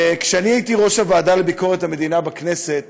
כשהייתי ראש הוועדה לביקורת המדינה בכנסת